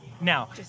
Now